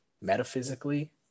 metaphysically